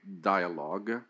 dialogue